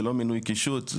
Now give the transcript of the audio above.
זה לא מינוי קישוט,